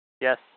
Yes